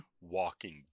walking